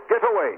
getaway